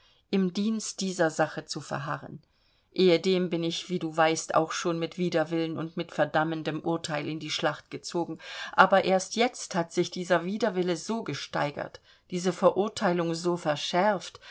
im dienst dieser sache zu verharren ehedem bin ich wie du weißt auch schon mit widerwillen und mit verdammendem urteil in die schlacht gezogen aber erst jetzt hat sich dieser widerwille so gesteigert diese verurteilung so verschärft